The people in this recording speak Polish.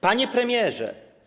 Panie Premierze!